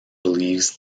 believes